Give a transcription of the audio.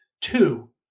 two